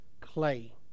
clay